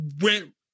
went